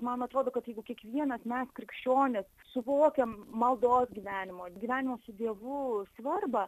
man atrodo kad jeigu kiekvienas mes krikščionis suvokiam maldos gyvenimo ir gyvenimo su dievu svarbą